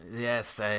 Yes